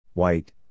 white